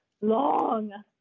long